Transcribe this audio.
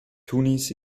tunis